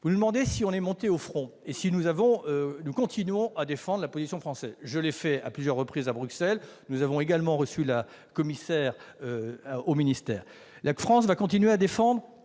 Vous nous demandez si nous sommes montés au front, et si nous continuons à défendre la position française. Je l'ai fait à plusieurs reprises à Bruxelles ; nous avons également reçu la commissaire au ministère. La France va continuer à défendre